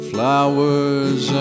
Flowers